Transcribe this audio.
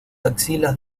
axilas